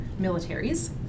militaries